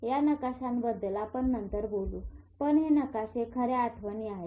या नकाशांबद्दल आपण नंतर बोलू पण हे नकाशे खऱ्या आठवणी आहेत